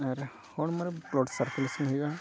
ᱟᱨ ᱦᱚᱲᱢᱚᱨᱮ ᱦᱩᱭᱩᱜᱼᱟ